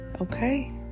Okay